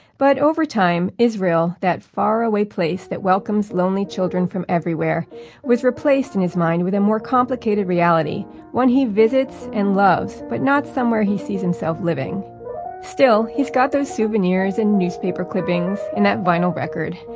but over time, israel that faraway place that welcomes lonely children from everywhere was replaced in his mind with a more complicated reality one he visits, and loves, but not somewhere he sees himself living still, he's got those souvenirs, and newspaper clippings, and that vinyl record,